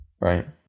right